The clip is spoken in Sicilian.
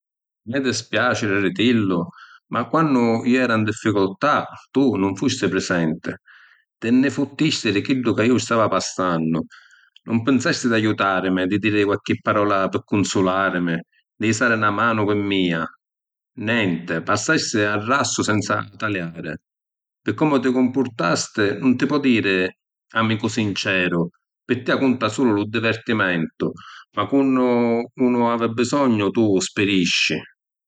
Mi dispiaci diritillu, ma quannu iu era ‘n difficoltà tu nu fusti prisenti. Ti nni futtisti di chiddu ca iu stava passannu, nun pinsasti di ajutarimi, di diri qualchi palora pi cunsularimi, di jisari na manu pi mia. Nenti, passasti arrassu senza taliàri. Pi comu ti cumpurtasti nun ti po’ diri amicu sinceru. Pi tia cunta sulu lu divirtimentu, ma quannu unu havi bisognu tu spirisci.